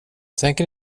tänker